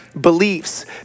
beliefs